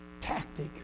tactic